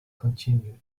continued